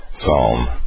Psalm